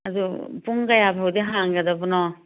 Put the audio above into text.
ꯑꯗꯨ ꯄꯨꯡ ꯀꯌꯥꯐꯥꯎꯗꯤ ꯍꯥꯡꯒꯗꯕꯅꯣ